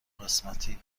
قسمتی